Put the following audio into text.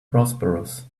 prosperous